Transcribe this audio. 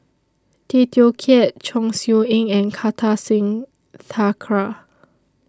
Tay Teow Kiat Chong Siew Ying and Kartar Singh Thakral